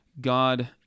God